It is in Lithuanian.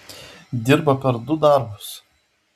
dirba per du darbus